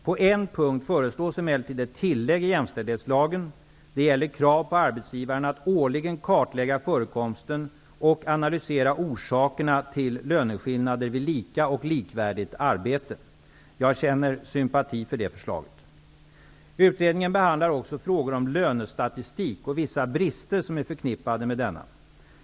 På en punkt föreslås emellertid ett tillägg i jämställdhetslagen; det gäller krav på arbetsgivaren att årligen kartlägga förekomsten av och analysera orsakerna till löneskillnader vid lika och likvärdigt arbete. Jag känner sympati för det förslaget. Utredningen behandlar också frågor om lönestatistik och vissa brister som är förknippade med denna.